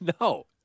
No